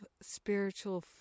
spiritual